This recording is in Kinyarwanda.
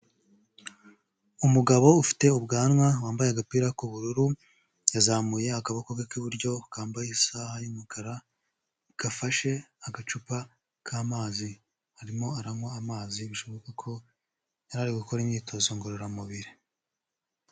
Umugabo ufite ubwanwa wambaye agapira k'ubururu yazamuye akaboko k'iburyo kambaye isaha y'umukara gafashe agacupa k'amazi, arimo aranywa amazi bishoboka ko yarari gukora imyitozo ngororamubiri.